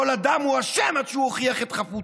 כל אדם הוא אשם עד שהוא הוכיח את חפותו.